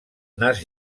nas